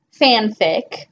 fanfic